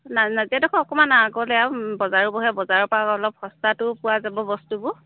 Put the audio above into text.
না নাজিৰাডোখৰ অকণমান আগলৈ আৰু বজাৰো বহে বজাৰৰ পৰা অলপ সস্তাটো পোৱা যাব বস্তুবোৰ